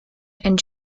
and